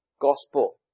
gospel